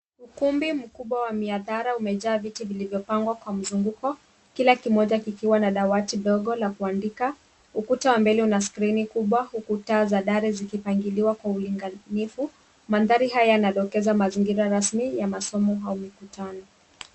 Ukumbi mkubwa wa miadhara umejaa viti vilivyopangwa kwa mzunguko kila kimoja kikiwa na dawati dogo la kuandika. Ukuta wa mbele una skrini kubwa huku taa za dari zikipangiliwa kwa uangalifu. Mandhari haya yanadokeza mazingira rasmi ya masomo au mikutano.